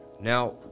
Now